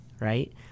right